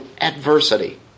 adversity